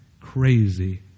crazy